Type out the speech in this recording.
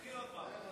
שתתחיל עוד פעם.